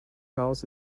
house